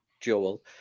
Joel